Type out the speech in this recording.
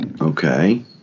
Okay